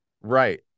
right